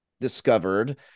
discovered